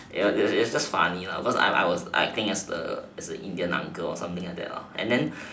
it it it was just funny lah because I I I was playing as a indian uncle or something like that and then